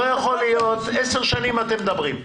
עשר שנים אתם מדברים.